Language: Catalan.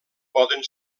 poden